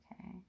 okay